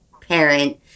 parent